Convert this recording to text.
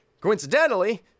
Coincidentally